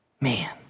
Man